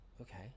Okay